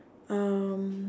um